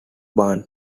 bahn